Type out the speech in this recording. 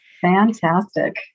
Fantastic